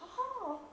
ah ha